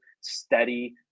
steady